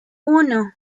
uno